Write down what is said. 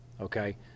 okay